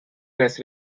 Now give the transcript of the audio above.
press